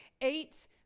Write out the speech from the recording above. eight